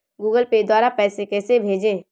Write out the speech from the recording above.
Google Pay द्वारा पैसे कैसे भेजें?